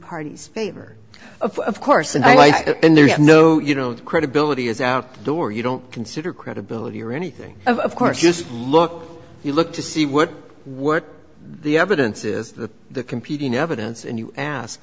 party favor of of course and like and there's no you know credibility is out the door you don't consider credibility or anything of course just look you look to see what what the evidence is that the competing evidence and you ask